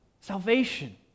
Salvation